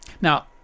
Now